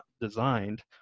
designed